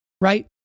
right